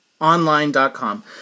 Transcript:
online.com